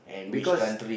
because